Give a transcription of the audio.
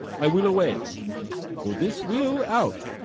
i will away for this will out,